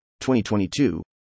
2022